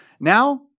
Now